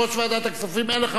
הכספים, אין לך מה להשיב.